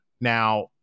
Now